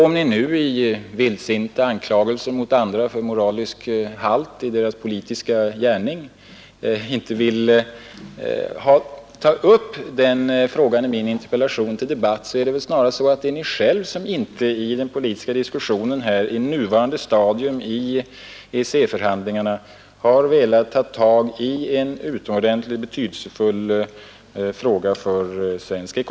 Om Ni nu i vildsinta anklagelser mot andra för låg moralisk halt i deras politiska gärning inte vill ta upp denna fråga i min interpellation till debatt, är det väl snarast Ni själv som i den politiska diskussion här i nuvarande stadium av EEC-förhandlingarna inte har velat ta upp en för svensk ekonomi utomordentligt betydelsefull fråga.